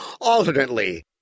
alternately